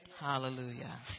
hallelujah